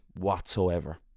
whatsoever